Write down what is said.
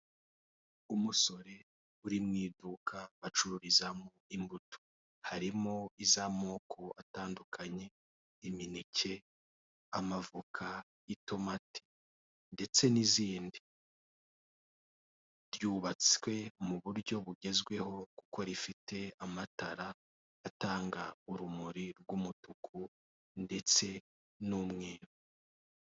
Umusore uri mu iduka bacururizamo imbuto harimo izamoko atandukanye imineke amavoka itomati ndetse nizindi ryubatswe mu buryo bugezweho kuko rifite amatara atanga urumuri rw'umutuku ndetse n'umweru.